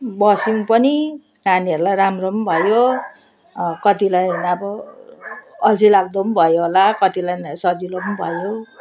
बस्यौँ पनि नानीहरूलाई राम्रो पनि भयो कतिलाई अब अल्छीलाग्दो पनि भयो होला कतिलाई नै सजिलो पनि भयो